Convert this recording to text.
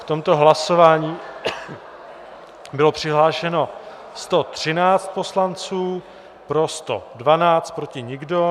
V tomto hlasování bylo přihlášeno 113 poslanců, pro 112, proti nikdo.